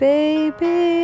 Baby